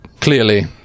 Clearly